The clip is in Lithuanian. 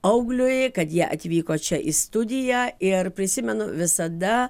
augliui kad jie atvyko čia į studiją ir prisimenu visada